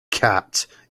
cat